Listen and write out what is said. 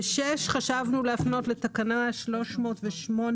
בסעיף 6 חשבנו להפנות לתקנה 308(ה).